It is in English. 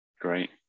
Great